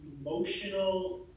emotional